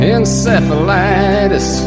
Encephalitis